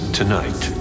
tonight